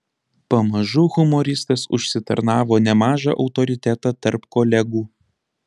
pamažu humoristas užsitarnavo nemažą autoritetą tarp kolegų